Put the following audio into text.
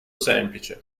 semplice